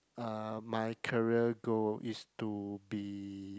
uh my career goal is to be